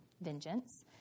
vengeance